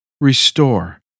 restore